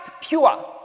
pure